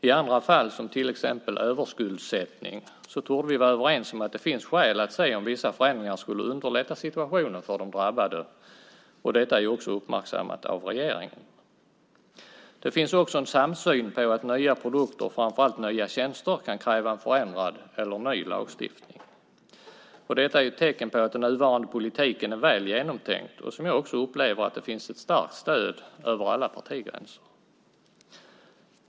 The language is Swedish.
I andra fall, som till exempel överskuldsättning, torde vi vara överens om att det finns skäl att se om vissa förändringar skulle underlätta situationen för de drabbade, och detta är också uppmärksammat av regeringen. Det finns också en samsyn på att nya produkter och framför allt nya tjänster kan kräva förändrad eller ny lagstiftning. Detta är ett tecken på att den nuvarande politiken är väl genomtänkt och, som jag upplever det, att det finns ett starkt stöd för den över alla partigränser.